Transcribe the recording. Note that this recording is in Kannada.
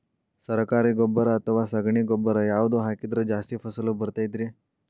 ಸರಕಾರಿ ಗೊಬ್ಬರ ಅಥವಾ ಸಗಣಿ ಗೊಬ್ಬರ ಯಾವ್ದು ಹಾಕಿದ್ರ ಜಾಸ್ತಿ ಫಸಲು ಬರತೈತ್ರಿ?